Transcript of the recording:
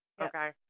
Okay